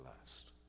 last